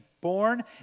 born